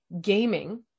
gaming